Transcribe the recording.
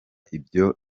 ibyo